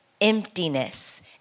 emptiness